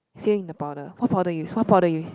fill in the powder what powder you use what powder you use